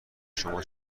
شما